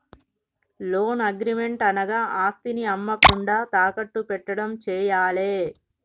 loan agreement అనగా ఆస్తిని అమ్మకుండా తాకట్టు పెట్టడం చేయాలే